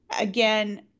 again